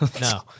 no